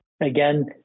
Again